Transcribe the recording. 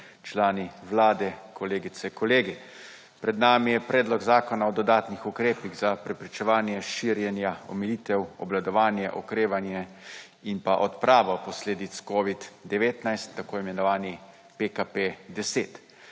člani vlade, kolegice, kolegi. Pred nami je predlog zakona o dodatnih ukrepih za preprečevanje širjenja, omilitev, obvladovanje, okrevanje in pa odpravo posledic COVID-19, t.i. PKP10.